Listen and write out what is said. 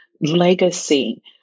legacy